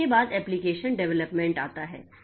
इसके बाद application development आता है